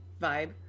vibe